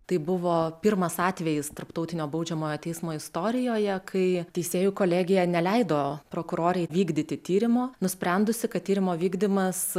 tai buvo pirmas atvejis tarptautinio baudžiamojo teismo istorijoje kai teisėjų kolegija neleido prokurorei vykdyti tyrimo nusprendusi kad tyrimo vykdymas